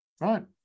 right